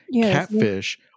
Catfish